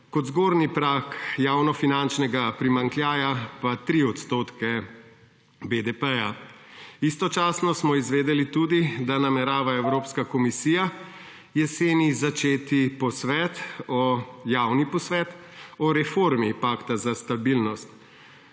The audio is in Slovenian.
kot zgornji prag javnofinančnega primanjkljaja pa 3 % BDP. Istočasno smo izvedeli tudi, da namerava Evropska komisija jeseni začeti javni posvet o reformi pakta za stabilnost.